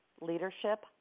Leadership